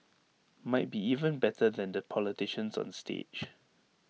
might be even better than the politicians on stage